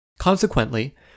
Consequently